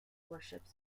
worships